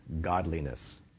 godliness